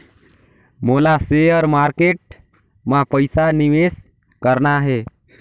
मोला share market मां पइसा निवेश करना हे?